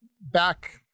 back